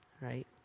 right